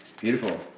Beautiful